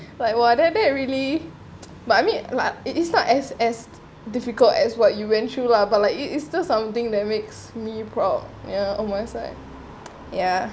like what that that really but I mean like it's it's not as as difficult as what you went through lah but it it still something that makes me proud ya on my side ya